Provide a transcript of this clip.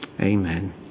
Amen